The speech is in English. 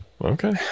Okay